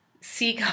see